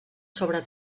sobre